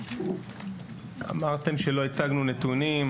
אמרתם שלא הצגנו נתונים,